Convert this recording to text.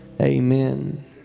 amen